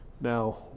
Now